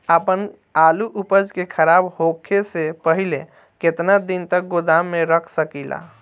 आपन आलू उपज के खराब होखे से पहिले केतन दिन तक गोदाम में रख सकिला?